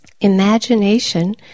Imagination